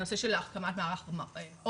הנושא של הקמת מערך אור,